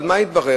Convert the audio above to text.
אבל מה התברר?